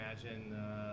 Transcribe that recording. imagine